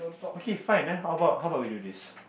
okay fine then how about how about we do this